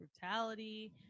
brutality